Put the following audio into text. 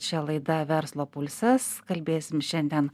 čia laida verslo pulsas kalbėsim šiandien